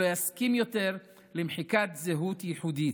והוא לא יסכים יותר למחיקת זהות ייחודית.